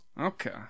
Okay